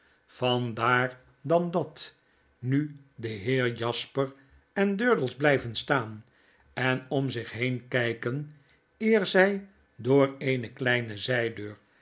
vandaar dan dat nu deheer jasper en durdels blyven staan en om zich heen kyken eer zy door eene kleine